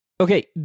Okay